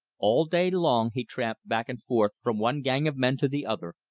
all day long he tramped back and forth from one gang of men to the other,